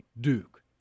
Duke